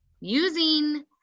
using